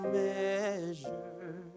measure